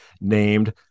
named